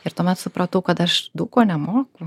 ir tuomet supratau kad aš daug ko nemoku